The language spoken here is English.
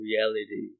reality